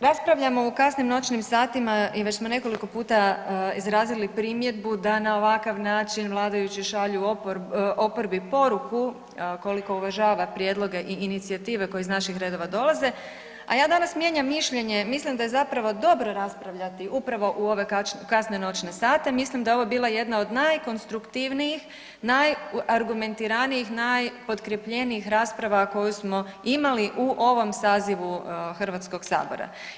Raspravljamo u kasnim noćnim satima i već smo nekoliko puta izrazili primjedbu da na ovakav način vladajući šalju oporbi poruku koliko uvažava prijedloge i inicijative koje iz naših redova dolaze, a ja danas mijenjam mišljenje mislim da je zapravo dobro raspravljati upravo u ove kasne noćne sate, mislim da je ovo bila jedna od najkonstruktivnijih, najargumentiranijih, najpotkrepljenijih rasprava koju smo imali u ovom sazivu Hrvatskog sabora.